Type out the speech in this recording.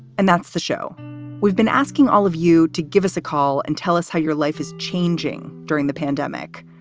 and that's the show we've been asking all of you to give us a call and tell us how your life is changing during the pandemic.